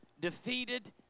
defeated